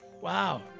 Wow